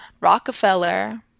Rockefeller